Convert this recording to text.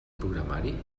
programari